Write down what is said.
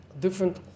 different